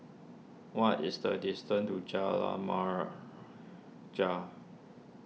what is the distance to Jalan Remaja